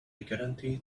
guarantee